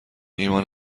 ایمان